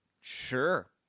Sure